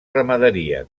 ramaderia